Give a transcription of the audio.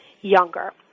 younger